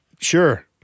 Sure